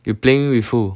you playing with who